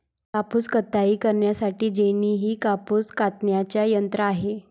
कापूस कताई करण्यासाठी जेनी हे कापूस कातण्याचे यंत्र आहे